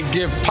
give